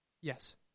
Yes